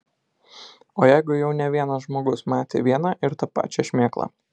o jeigu jau ne vienas žmogus matė vieną ir tą pačią šmėklą